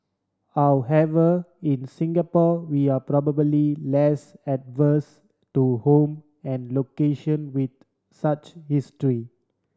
however in Singapore we are probably less averse to home and location with such history